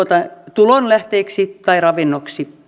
tulonlähteeksi tai ravinnoksi